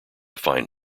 find